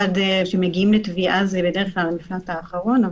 עד שמגיעים לתביעה זה בדרך כלל המפלט האחרון.